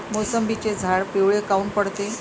मोसंबीचे झाडं पिवळे काऊन पडते?